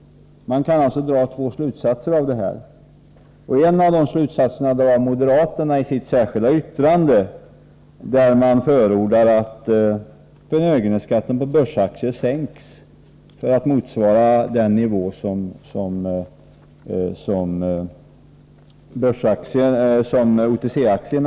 Man kan dra två slutsatser. En av dem drar moderaterna i sitt särskilda yttrande, där de förordar att förmögenhetsskatten på börsaktier sänks så att den motsvarar den nivå som gäller för OTC-aktier.